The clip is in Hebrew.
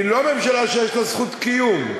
היא לא ממשלה שיש לה זכות קיום.